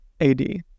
AD